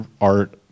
art